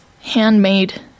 handmade